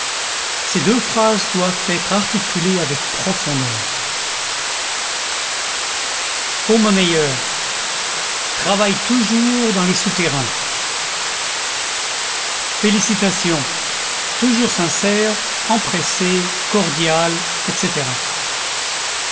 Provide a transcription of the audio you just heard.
ces deux phrases doivent être articulées avec profondeur faux-monnayeurs travaillent toujours dans les souterrains félicitations toujours sincères empressées cordiales etc